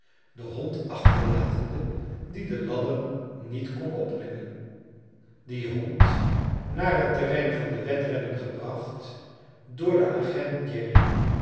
den hond achterlatende die de ladder niet kon opklimmen die hond naar het terrein van de wedrennen gebracht door den agent jerry